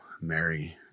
Mary